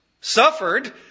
suffered